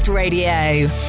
Radio